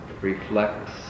reflects